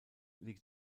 liegt